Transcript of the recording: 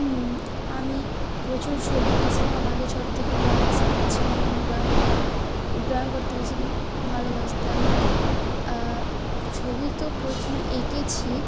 আমি প্রচুর ছবি এঁকেছিলাম আগে ছোটো থেকে ড্রয়িং শিখছিলাম এবং ড্রয়িংয়ে ড্রয়িং করতে বেশি ভালোবাসতাম ছবি তো প্রচুর এঁকেছি